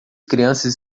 crianças